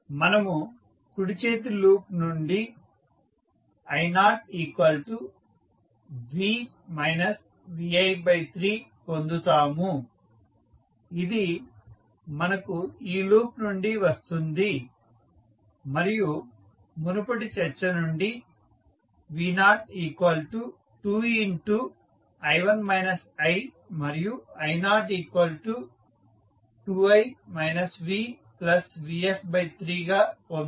మనము కుడి చేతి లూప్ నుండి i0v vi3పొందుతాము ఇది మనకు ఈ లూప్ నుండి వస్తుంది మరియు మునుపటి చర్చ నుండి v0 2 మరియు i12i v vs3గా పొందాము